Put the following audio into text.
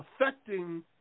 affecting